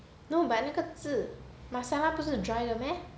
no but 那个字 masala 不是 dry 的 meh